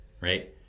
right